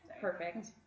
Perfect